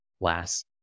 last